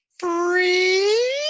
Free